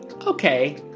okay